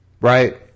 Right